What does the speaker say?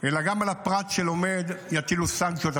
גם על הפרט שלומד יטילו סנקציות.